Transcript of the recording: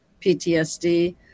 PTSD